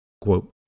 Quote